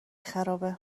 خرابه